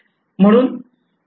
म्हणून h